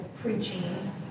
preaching